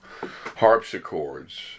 harpsichords